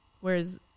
Whereas